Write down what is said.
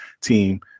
team